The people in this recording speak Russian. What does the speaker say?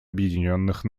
объединенных